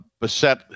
beset